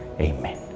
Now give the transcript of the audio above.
Amen